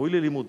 ראוי ללימוד.